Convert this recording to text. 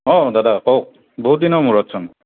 অঁ দাদা কওক বহুত দিনৰ মূৰতচোন